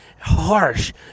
harsh